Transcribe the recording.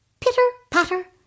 pitter-patter